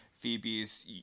Phoebe's